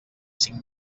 cinc